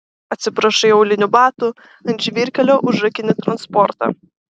atsiprašai aulinių batų ant žvyrkelio užrakini transportą